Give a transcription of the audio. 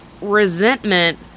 resentment